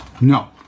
No